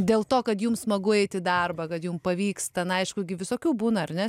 dėl to kad jums smagu eit į darbą kad jum pavyks ten aišku gi visokių būna ar ne